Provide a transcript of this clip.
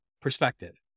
perspective